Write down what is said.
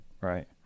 Right